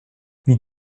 wie